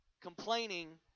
Complaining